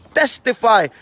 testify